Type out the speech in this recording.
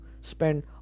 spend